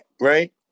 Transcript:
right